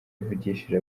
yavugishije